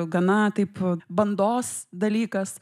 gana taip bandos dalykas